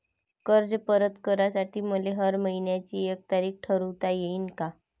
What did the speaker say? कर्ज परत करासाठी मले हर मइन्याची एक तारीख ठरुता येईन का?